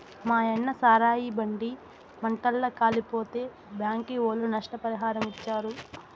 మాయన్న సారాయి బండి మంటల్ల కాలిపోతే బ్యాంకీ ఒళ్ళు నష్టపరిహారమిచ్చారు